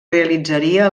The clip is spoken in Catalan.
realitzaria